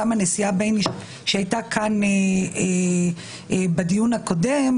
גם הנשיאה בייניש שהייתה כאן בדיון הקודם,